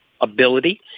ability